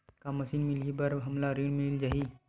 का मशीन मिलही बर हमला ऋण मिल जाही?